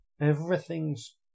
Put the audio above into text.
Everything's